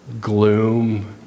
gloom